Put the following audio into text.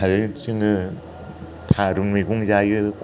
आरो जोङो थारुन मैगं जायो